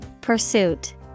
Pursuit